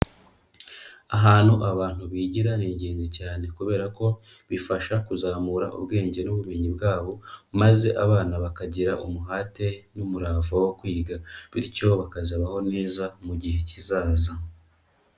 Ahantu abantu bigira ni ingenzi cyane kubera ko bifasha kuzamura ubwenge n'ubumenyi bwabo maze abana bakagira umuhate n'umurava wo kwiga bityo bakazabaho neza mu gihe kizaza.